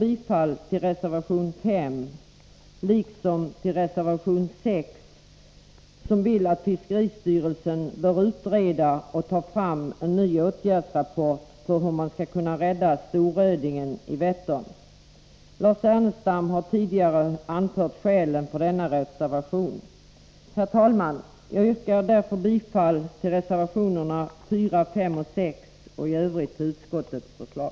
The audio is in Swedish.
I reservation 6 föreslås att fiskeristyrelsen skall utreda hur vi skall kunna rädda storrödingen i Vättern. Lars Ernestam har tidigare anfört skälen för denna reservation. Herr talman! Jag yrkar bifall till reservationerna 4, 5 och 6 och i övrigt till utskottets förslag.